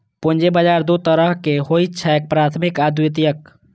पूंजी बाजार दू तरहक होइ छैक, प्राथमिक आ द्वितीयक